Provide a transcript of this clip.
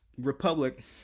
Republic